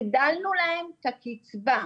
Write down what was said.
הגדלנו להם את הקצבה.